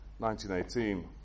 1918